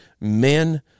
men